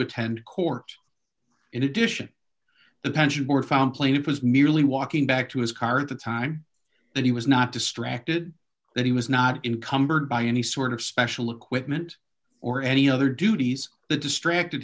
attend court in addition the pension were found plaintiff was merely walking back to his car at the time that he was not distracted that he was not encumbered by any sort of special equipment or any other duties the distracted